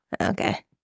Okay